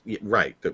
right